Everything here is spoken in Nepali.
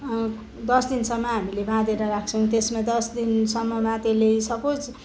दस दिनसम्म हामीले बाँधेर राख्छौँ त्यसमा दस दिनसम्ममा त्यसले सपोज